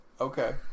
Okay